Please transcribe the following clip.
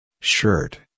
shirt